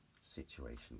situation